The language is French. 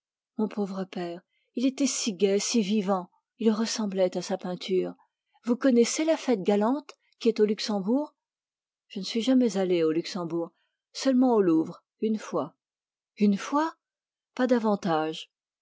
mon pauvre père il était si gai si vivant il ressemblait à sa peinture vous connaissez la fête galante qui est au luxembourg je ne suis jamais allé au luxembourg seulement au louvre une fois une fois pas davantage